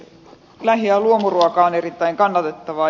lähi ja luomuruoka on erittäin kannatettavaa